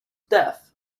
death